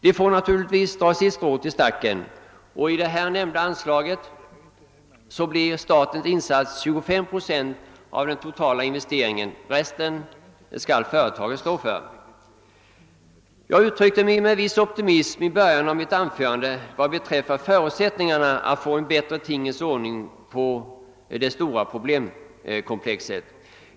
Den får naturligtvis dra sitt strå till stacken, och med det nämnda anslaget blir statens insats 25 procent av den totala investeringen och resten skall företagen svara för. I början av mitt anförande uttryckte jag mig ganska optimistiskt om förutsättningarna för att få till stånd en bättre tingens ordning i fråga om detta stora problemkomplex.